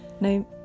Now